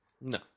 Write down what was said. No